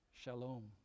Shalom